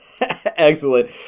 Excellent